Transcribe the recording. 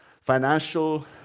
financial